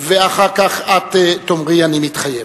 ואחר כך את תאמרי: אני מתחייבת.